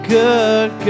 good